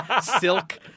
silk